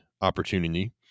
opportunity